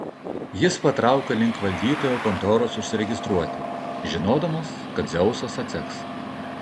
jis patraukė link valdytojo kontoros užsiregistruoti žinodamas kad dzeusas atseks